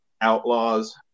outlaws